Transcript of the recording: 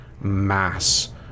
mass